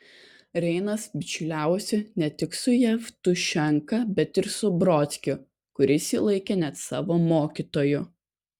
reinas bičiuliavosi ne tik su jevtušenka bet ir su brodskiu kuris jį laikė net savo mokytoju